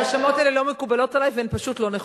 ההאשמות האלה לא מקובלות עלי, והן פשוט לא נכונות.